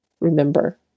Remember